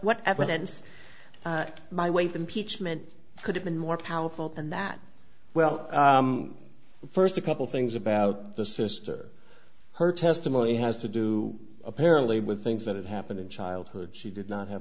evidence my weight impeachment could have been more powerful and that well first a couple things about the sister her testimony has to do apparently with things that happened in childhood she did not have